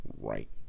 Right